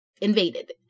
invaded